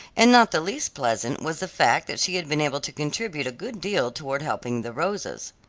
and not the least pleasant was the fact that she had been able to contribute a good deal toward helping the rosas.